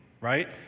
right